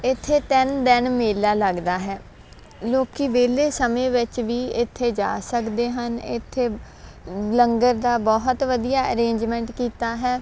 ਇੱਥੇ ਤਿੰਨ ਦਿਨ ਮੇਲਾ ਲੱਗਦਾ ਹੈ ਲੋਕੀ ਵਿਹਲੇ ਸਮੇਂ ਵਿੱਚ ਵੀ ਇੱਥੇ ਜਾ ਸਕਦੇ ਹਨ ਇੱਥੇ ਲੰਗਰ ਦਾ ਬਹੁਤ ਵਧੀਆ ਅਰੇਂਜਮੈਂਟ ਕੀਤਾ ਹੈ